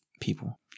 people